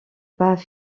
pas